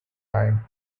time